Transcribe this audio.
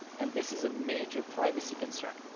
and this is a major privacy concern.